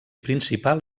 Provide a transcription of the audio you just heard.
principal